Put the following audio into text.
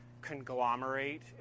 conglomerate